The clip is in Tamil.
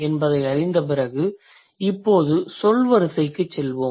என்பதை அறிந்த பிறகு இப்போது சொல் வரிசைக்குவேர்ட் ஆர்டர் செல்வோம்